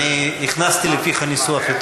אני הכנסתי לפיך ניסוח יותר,